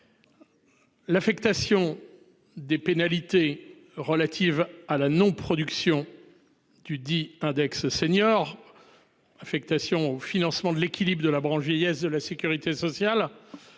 L'affectation. Des pénalités relative à la non production. Tu dis index senior. Affectation au financement de l'équilibre de la branche vieillesse de la Sécurité sociale.